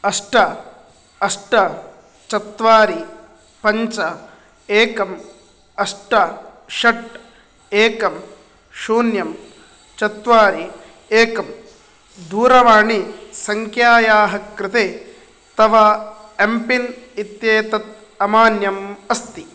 अष्ट अष्ट चत्वारि पञ्च एकम् अष्ट षट् एकं शून्यं चत्वारि एकं दूरवाणी सङ्ख्यायाः कृते तव एम्पिन् इत्येतत् अमान्यम् अस्ति